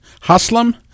Haslam